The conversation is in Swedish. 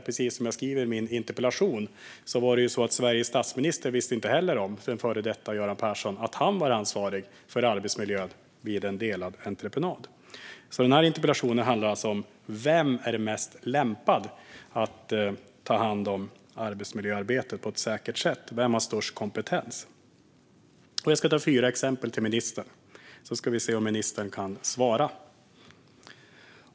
Precis som jag skriver i min interpellation visste inte ens Sveriges före detta statsminister, Göran Persson, att han var ansvarig för arbetsmiljön vid delad entreprenad. Interpellationen handlar alltså om vem som är bäst lämpad att ta hand om arbetsmiljöarbetet på ett säkert sätt. Vem har störst kompetens? Jag ska ge ministern fyra exempel, så ska vi se om ministern kan svara.